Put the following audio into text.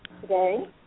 today